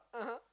(uh huh)